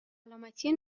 سلامتی